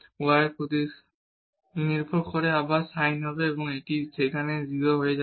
y এর ওপর নির্ভর করে আবার sin হবে এবং এটি সেখানে 0 হয়ে যাবে